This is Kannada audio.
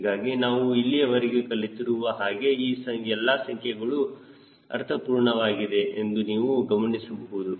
ಹೀಗಾಗಿ ನಾವು ಇಲ್ಲಿಯವರೆಗೆ ಕಲೆತಿರುವ ಹಾಗೆ ಈ ಎಲ್ಲ ಸಂಖ್ಯೆಗಳು ಅರ್ಥಪೂರ್ಣವಾಗಿದೆ ಎಂದು ನೀವು ಗಮನಿಸಬಹುದು